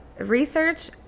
Research